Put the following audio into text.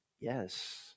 Yes